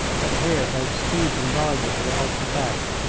but here both steeds and riders were of the best.